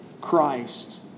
Christ